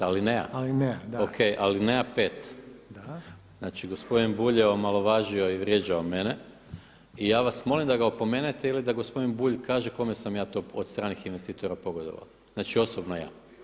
Alineja [[Upadica Reiner: Alineja.]] O.k. Alineja 5. Znači gospodin Bulj je omalovažio i vrijeđao mene i ja vas molim da ga opomenete ili da gospodin Bulj kaže kome sam ja to od stranih investitora pogodovao, znači osobno ja.